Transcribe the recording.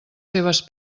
seves